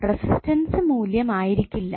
resistance മൂല്യം ആയിരിക്കില്ല